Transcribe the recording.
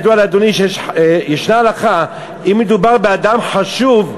ידוע לאדוני שישנה הלכה: אם מדובר באדם חשוב,